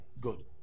Good